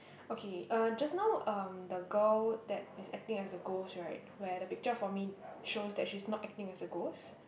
okay uh just now um the girl that is acting as a ghost right where the picture for me shows that she is not acting as a ghost